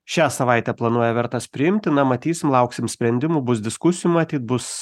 šią savaitę planuoja vertas priimti na matysim lauksim sprendimų bus diskusijų matyt bus